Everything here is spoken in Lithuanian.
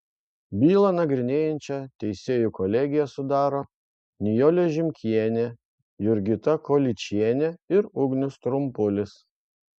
bylą nagrinėjančią teisėjų kolegiją sudaro nijolė žimkienė jurgita kolyčienė ir ugnius trumpulis